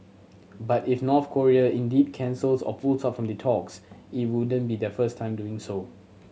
but if North Korea indeed cancels or pull out from the talks it wouldn't be their first time doing so